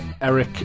eric